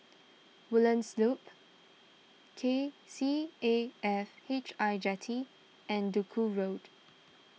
Woodlands Loop K C A F H I Jetty and Duku Road